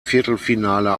viertelfinale